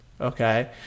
Okay